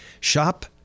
shop